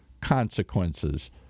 consequences